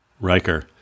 Riker